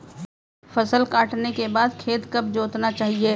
फसल काटने के बाद खेत कब जोतना चाहिये?